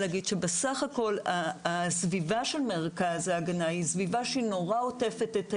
שבסך הכול הסביבה של מרכז ההגנה היא סביבה שנורא עוטפת את הילד.